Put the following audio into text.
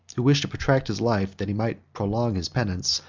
who wished to protract his life that he might prolong his penance,